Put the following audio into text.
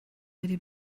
wedi